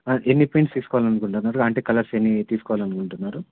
ఎన్ని పెయింట్స్ తీసుకోవాలనుకుంటున్నారు అంటే కలర్స్ ఎన్ని తీసుకోవాలనుకుంటున్నారు